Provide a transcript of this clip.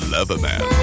Loverman